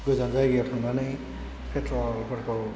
गोजान जायगायाव थांनानै पेट्रलफोरखौ